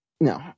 No